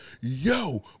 yo